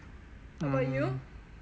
mm